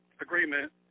agreement